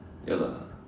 ya lah